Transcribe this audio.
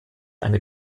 eine